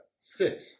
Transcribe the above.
sit